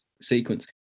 sequence